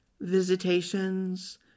visitations